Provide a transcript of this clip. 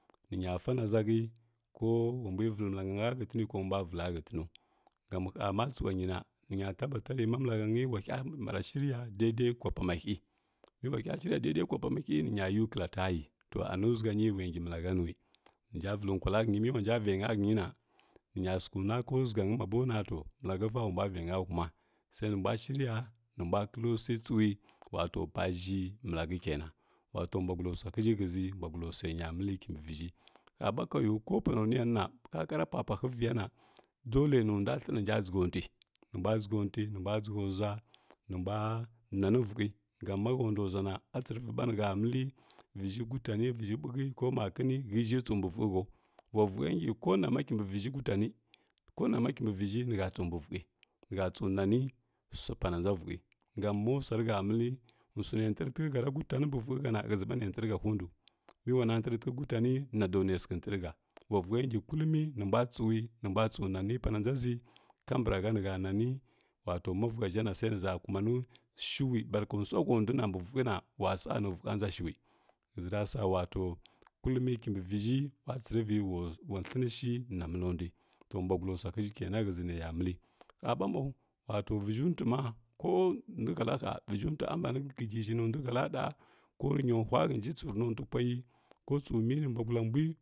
Nənya fanazahə ko wabui vələ malahənə hətini ko bula vəlai hətinu sam hə ma tsuanyi na ninya tabata ni ma malahənyi wahəa mbura shirya daidai kwa pamahə miulahə shirya daidai kula pamuhə miuluhə shirya daidai kʊa pamahə ninya yiu kəla tayi to anuʒu ganyi ula ngi malahə nuwi nija vələ kula hənyi mi ulada vena hənyi na ninya səshə nwə ha ʒəshənə mbabo nato məlahə sa luabula venə huma sai nibula shiriya nibula kələ sui tsu wato pa ʒhi məlahə kenan ulato bwagula suahəzə shzo suə nya məli kibə vizhə həaɓa hanmaiu ko pana nuyan’na kakara papua hiviya na dole nudu tdə nəja ʒhəntui nibula də ntui nibwa daghə zma nəbula kumani vəhiga mahə dua ʒua na a tsirirə ɓa nibə mələ riʒhə kutani viʒhə ɓuki ko makini həshə tsu bə vishəu wa vəsə gi ka nama bə kimbə vizhə kutanə konama kimbə vəʒhə nihəa tsu bə vəhə nahə tsu nani suapana nba vughə gam ma suanihə mələ sunə habritikə həra gutanə bə vughə həna həziɓa nə ndrə hə hundu, ko wana ndratikə kutana ndau nə sikə narə hə ula vughə ngə kullumi nibwa tsum mibula tsu nani ɓana nbəʒə kabarahə nehə nani wato ma vughə ʒhana sai niʒa kumani shuwi barka sahəundui nabəv vushəna wu sa nə vushə nza shuwi shəʒə rasa wato kullimi kibə viʒhə ula tsrivə ula thənishi na milandui ta buasula swahiʒə kenan həzənasa mələ ha ɓa bwi wato vəʒheuntui ma ko duhəlaha viʒhətuntui a mbani sisishə nə duhala ɗa ko niya hulaghənji tsurənohtupalai ko tsu minə bulagula mbui.